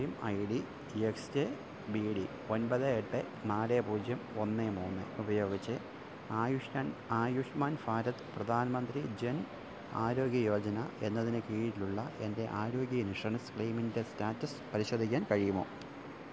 claim I D X J B D ഒൻപത് എട്ട് നാല് പൂജ്യം ഒന്ന് മൂന്ന് ഉപയോഗിച്ച് ആയുഷ്വാൻ ആയുഷ്മാൻ ഭാരത് പ്രധാൻ മന്ത്രി ജൻ ആരോഗ്യ യോജന എന്നതിനു കീഴിലുള്ള എൻ്റെ ആരോഗ്യ ഇൻഷുറൻസ് ക്ലെയിമിൻ്റെ സ്റ്റാറ്റസ് പരിശോധിക്കാൻ കഴിയുമോ